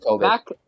back